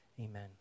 Amen